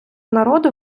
народу